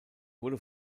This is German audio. wurde